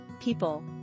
People